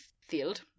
field